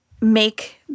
make